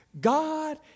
God